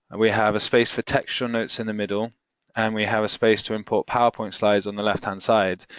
we have a space for textual notes in the middle and we have a space to import powerpoint slides on the left-hand side.